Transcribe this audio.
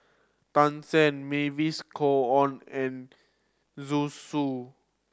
Tan Shen Mavis Khoo Oei and Zhu Xu